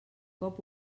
cop